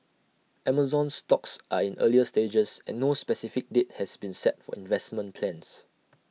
Amazon's talks are in earlier stages and no specific date has been set for investment plans